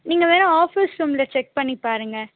நீங்கள் வேணால் ஆஃபிஸ் ரூமில் செக் பண்ணி பாருங்க